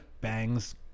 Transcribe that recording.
bangs